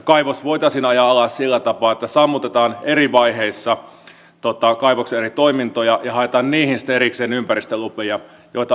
kaivos voitaisiin ajaa alas sillä tapaa että sammutetaan eri vaiheessa kaivoksen eri toimintoja ja haetaan niihin sitten erikseen ympäristölupia joita alasajoon vielä tarvitaan